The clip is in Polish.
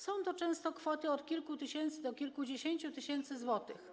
Są to często kwoty od kilku tysięcy do kilkudziesięciu tysięcy złotych.